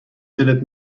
دلت